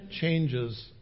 changes